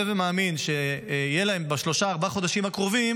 ומאמין שבשלושה-ארבעה החודשים הקרובים